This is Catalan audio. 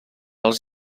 els